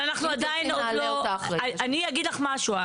אני אגיד לך משהו,